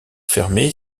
fermée